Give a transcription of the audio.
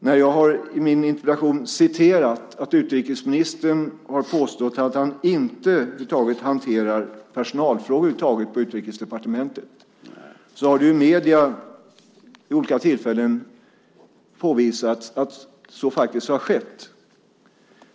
När jag i min interpellation har citerat att utrikesministern har påstått att han över huvud taget inte hanterar personalfrågor på Utrikesdepartementet, så har det i medierna vid olika tillfällen påvisats att så faktiskt har skett.